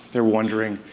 they're wondering,